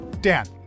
Dan